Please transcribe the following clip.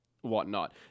whatnot